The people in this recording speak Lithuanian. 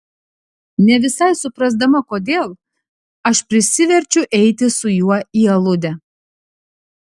ne visai suprasdama kodėl aš prisiverčiu eiti su juo į aludę